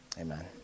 amen